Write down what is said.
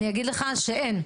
אני אגיד לך שאין.